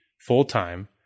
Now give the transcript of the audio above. full-time